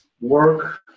work